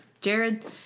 Jared